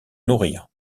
nourrir